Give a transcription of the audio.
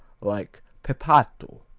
like pepato,